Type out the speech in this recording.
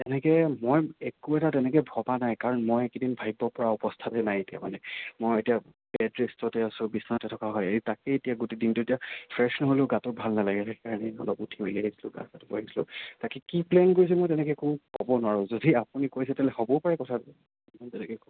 সেনেকৈ মই একো এটা তেনেকৈ ভবা নাই কাৰণ মই এইকেইদিন ভাবিব পৰা অৱস্থাতে নাই মানে মই এতিয়া বেড ৰেষ্টতে আছোঁ বিছনাতে থকা হয় এই তাকেই এতিয়া গোটেই দিনটো এতিয়া ফ্ৰেছ নহ'লেও গাটো ভাল নালাগে সেইকাৰণে মই আহিছিলোঁ গা চা ধুব আহিছিলোঁ বাকী কি প্লেন কৰিছে মই তেনেকৈ একো ক'ব নোৱাৰো যদি আপুনি কৈছে তেনেহ'লে হ'বও পাৰে কথাটো বেলেগেে একো